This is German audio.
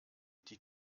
die